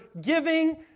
giving